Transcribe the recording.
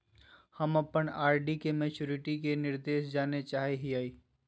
हम अप्पन आर.डी के मैचुरीटी के निर्देश जाने के चाहो हिअइ